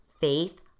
faith